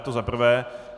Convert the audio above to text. To za prvé.